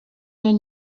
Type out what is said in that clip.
man